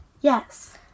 Yes